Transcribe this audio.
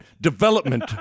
development